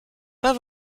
pas